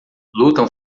lutam